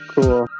Cool